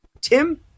Tim